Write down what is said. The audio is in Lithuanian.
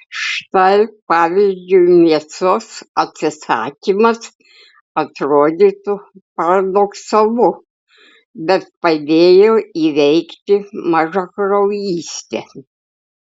štai pavyzdžiui mėsos atsisakymas atrodytų paradoksalu bet padėjo įveikti mažakraujystę